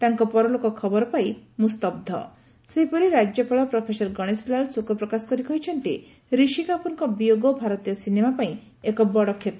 ତାଙ୍କ ପରଲୋକ ଖବର ପାଇ ମୁଁ ସ୍ତ ସେହିପରି ରାଜ୍ୟପାଳ ପ୍ରଫେସର ଗଶେଶୀଲାଲ ଶୋକପ୍ରକାଶ କରି କହିଛନ୍ତି ରଷି କପୁରଙ୍କ ବିୟୋଗ ଭାରତୀୟ ସିନେମା ପାଇଁ ଏକ ବଡ କ୍ଷତି